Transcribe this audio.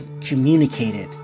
communicated